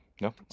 No